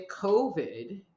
COVID